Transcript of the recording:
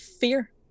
Fear